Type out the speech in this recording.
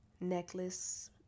necklace